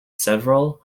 several